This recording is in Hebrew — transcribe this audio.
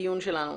הדיון שלנו.